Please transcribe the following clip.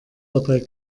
dabei